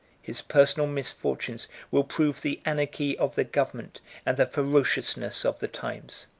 his personal misfortunes will prove the anarchy of the government and the ferociousness of the times.